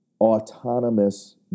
autonomous